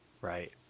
right